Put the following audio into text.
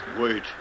Wait